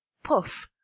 pouf!